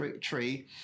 tree